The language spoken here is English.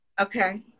okay